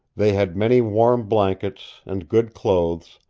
they had many warm blankets, and good clothes,